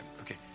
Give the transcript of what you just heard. Okay